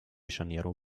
janeiro